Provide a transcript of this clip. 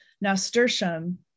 Nasturtium